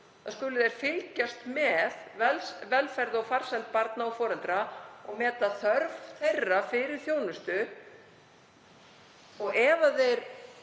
þessum lögum fylgjast með velferð og farsæld barna og foreldra og meta þörf þeirra fyrir þjónustu. Ef þeir